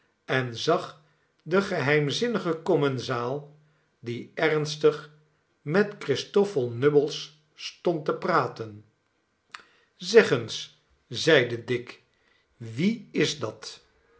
en zag den geheimzinnigen commensaal die ernstig met christoffel nubbles stond te spreken zeg eens zeide dick wie is dat